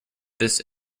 this